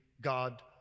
God